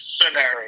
scenario